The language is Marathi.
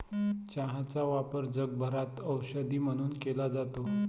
चहाचा वापर जगभरात औषध म्हणून केला जातो